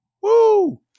Woo